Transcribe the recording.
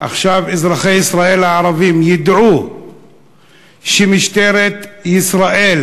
עכשיו אזרחי ישראל הערבים ידעו שמשטרת ישראל,